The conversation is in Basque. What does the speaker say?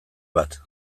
bat